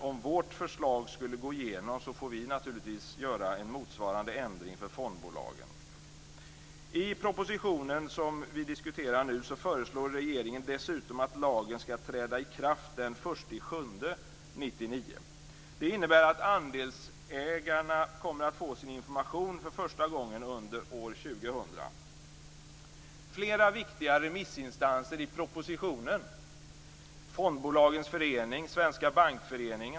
Om vårt förslag skulle gå igenom får vi naturligtvis göra en motsvarande ändring för fondbolagen. I den proposition som vi nu diskuterar föreslår regeringen dessutom att lagen skall träda i kraft den 1 juli 1999. Det innebär att andelsägarna kommer att få sin information för första gången under år 2000.